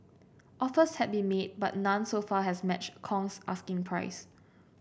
offers have been made but none so far has matched Kong's asking price